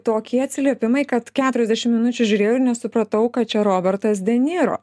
tokie atsiliepimai kad keturiasdešim minučių žiūrėjau ir nesupratau kad čia robertas deniro